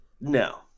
No